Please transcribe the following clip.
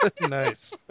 Nice